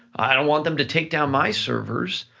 i don't want them to take down my servers,